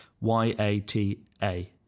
Y-A-T-A